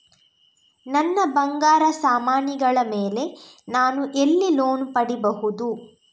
ನನ್ನ ಬಂಗಾರ ಸಾಮಾನಿಗಳ ಮೇಲೆ ನಾನು ಎಲ್ಲಿ ಲೋನ್ ಪಡಿಬಹುದು?